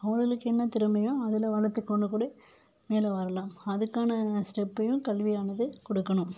அவர்களுக்கு என்ன திறமையோ அதில் வளர்த்துக் கொண்டு கூட மேலே வரலாம் அதுக்கான ஸ்டெப்பையும் கல்வியானது குடுக்கணும்